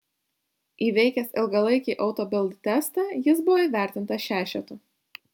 įveikęs ilgalaikį auto bild testą jis buvo įvertintas šešetu